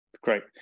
Great